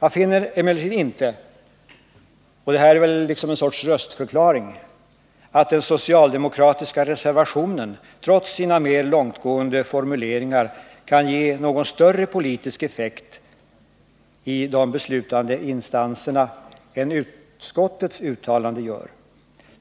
Jag finner emellertid inte — det säger jag som en sorts röstförklaring — att den socialdemokratiska reservationen trots sina mer långtgående formuleringar kan ge någon större politisk effekt i de beslutande instanserna än utskottets uttalande gör.